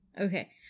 Okay